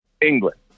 England